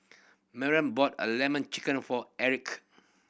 Merl bought a Lemon Chicken for Erick